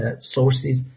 sources